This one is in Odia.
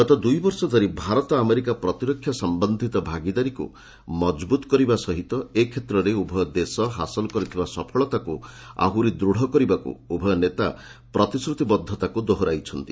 ଗତ ଦୁଇବର୍ଷ ଧରି ଭାରତ ଆମେରିକା ପ୍ରତିରକ୍ଷା ସମ୍ବନ୍ଧିତ ଭାଗିଦାରୀକୁ ମଜବୁତ କରିବା ସହିତ ଏ କ୍ଷେତ୍ରରେ ଉଭୟ ଦେଶ ହାସଲ କରିଥିବା ସ ସଫଳତାକୁ ଆହୁରି ଦୃଢ଼ କରିବାକୁ ଉଭୟ ନେତା ପ୍ରତିଶ୍ରତିବଦ୍ଧତାକୁ ଦୋହରାଇଛନ୍ତି